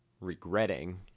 regretting